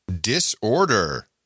Disorder